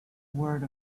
word